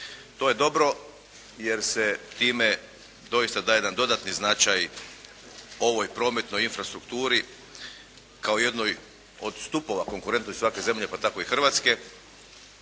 To je dobro jer se time doista daje jedan dodatni značaj ovoj prometnoj infrastrukturi kao jednoj od stupova konkurentnosti svake zemlje pa tako i Hrvatske.